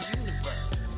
universe